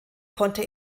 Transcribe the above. konnte